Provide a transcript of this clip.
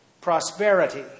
prosperity